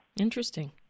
Interesting